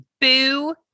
boo